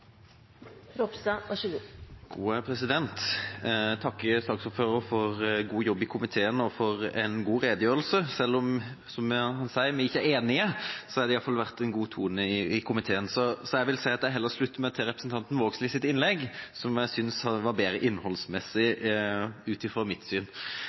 takke saksordføreren for god jobb i komiteen og for en god redegjørelse. Selv om vi – som han sier – ikke er enige, har det vært en god tone i komiteen. Jeg vil si at jeg slutter meg til representanten Vågslids innlegg, som jeg syntes var bedre innholdsmessig.